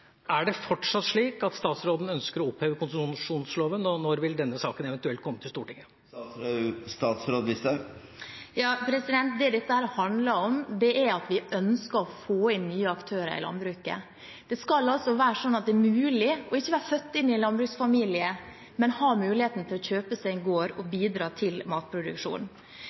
Er det fortsatt slik at statsråden ønsker å oppheve konsesjonsloven? Og når vil denne saken eventuelt komme til Stortinget? Det dette handler om, er at vi ønsker å få inn nye aktører i landbruket. Det skal altså være mulig å kjøpe seg en gård og bidra til matproduksjon selv om man ikke er født inn i en landbruksfamilie.